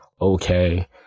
okay